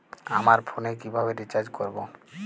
আমার ফোনে কিভাবে রিচার্জ করবো?